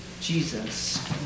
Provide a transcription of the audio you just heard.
Jesus